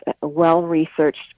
well-researched